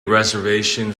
reservation